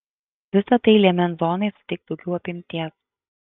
visa tai liemens zonai suteiks daugiau apimtiems